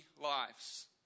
lives